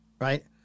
Right